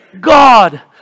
God